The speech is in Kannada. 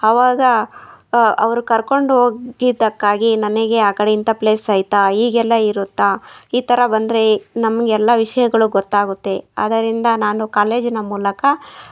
ಅವಾಗ ಅವರು ಕರ್ಕೊಂಡು ಹೋಗಿದ್ದಕ್ಕಾಗಿ ನನಗೆ ಆ ಕಡೆ ಇಂಥ ಪ್ಲೇಸ್ ಐತಾ ಹೀಗೆಲ್ಲ ಇರುತ್ತಾ ಈ ಥರ ಬಂದರೆ ನಮ್ಗೆ ಎಲ್ಲ ವಿಷಯಗಳು ಗೊತ್ತಾಗುತ್ತೆ ಅದರಿಂದ ನಾನು ಕಾಲೇಜಿನ ಮೂಲಕ